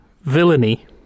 villainy